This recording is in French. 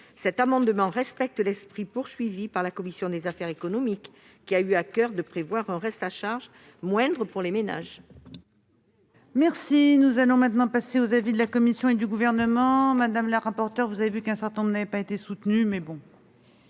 tend ainsi à respecter l'esprit des travaux de la commission des affaires économiques, qui a eu à coeur de prévoir un reste à charge moindre pour les ménages.